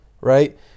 right